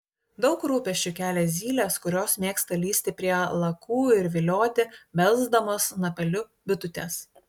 daug rūpesčių kelia zylės kurios mėgsta lįsti prie lakų ir vilioti belsdamos snapeliu bitutes